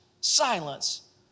silence